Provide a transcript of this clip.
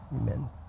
Amen